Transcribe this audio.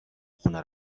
خونه